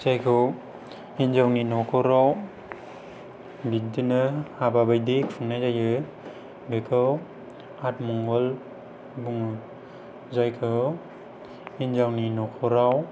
जायखौ हिनजावनि न'खराव बिदिनो हाबा बादि खुंनाय जायो बेखौ आथिमंगल बुङो जायखौ हिनजावनि न'खराव